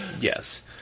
Yes